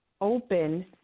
open